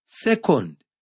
Second